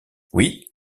oui